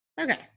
Okay